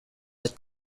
that